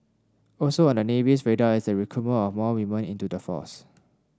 also on the Navy's radar is the recruitment of more women into the force